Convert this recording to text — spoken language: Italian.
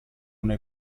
una